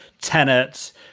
tenets